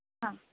അ